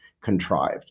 contrived